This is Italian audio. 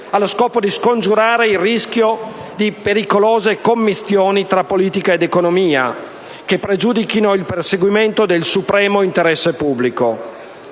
allo scopo di scongiurare il rischio di pericolose commistioni tra politica ed economia, che pregiudichino il perseguimento del supremo interesse pubblico.